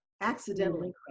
accidentally